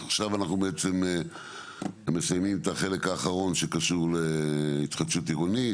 עכשיו אנחנו בעצם מסיימים את החלק האחרון שקשור להתחדשות עירונית.